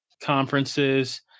conferences